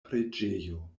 preĝejo